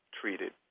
treated